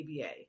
ABA